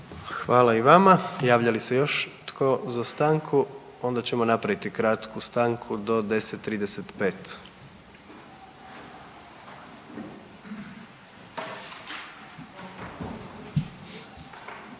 Hvala i vama. Javlja li se još tko za stanku? Onda ćemo napraviti kratku stanku do 10,35.